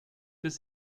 bis